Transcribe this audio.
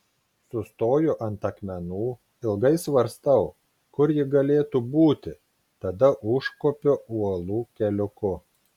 sustoju ant akmenų ilgai svarstau kur ji galėtų būti tada užkopiu uolų keliuku